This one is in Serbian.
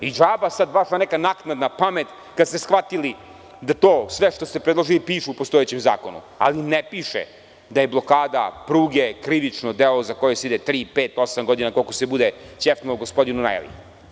Džaba sada vaša neka naknadna pamet, kada ste shvatili da sve to što ste predložili piše u postojećem zakonu, ali ne piše da je blokada pruge krivično delo za koje se ide tri, pet ili osam godina, koliko se bude ćefnulo gospodinu „najavi“